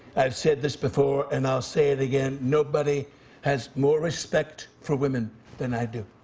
i've said this before and i'll say it again. nobody has more respect for women than i do.